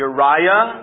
Uriah